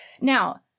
Now